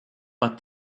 but